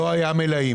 לא היו מלאים.